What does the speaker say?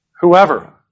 Whoever